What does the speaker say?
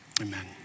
Amen